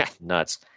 Nuts